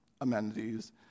amenities